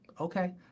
Okay